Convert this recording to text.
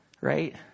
Right